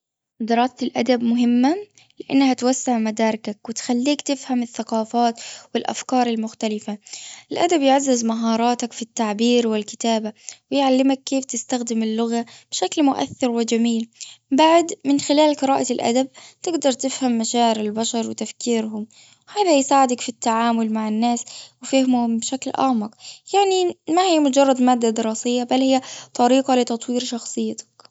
دراسة الادب مهمة إنها توسع مداركك وتخليك تفهم الثقافات والأفكار المختلفة. الآدب يعزز مهاراتك في التعبير والكتابة. يعلمك كيف تستخدم اللغة بشكل مؤثر وجميل. بعد من خلال قراءة الآدب تقدر تفهم مشاعر البشر وتفكيرهم هذا يساعدك في التعامل مع الناس وفهمهم بشكل أعمق. يعني ما هي مجرد مادة دراسية بل هي طريقة لتطوير شخصيتك.